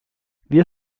wir